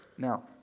Now